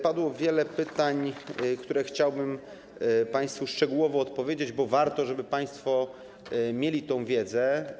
Padło wiele pytań, na które chciałbym państwu szczegółowo odpowiedzieć, bo warto, żeby państwo mieli tę wiedzę.